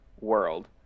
world